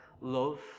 love